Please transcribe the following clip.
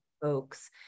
folks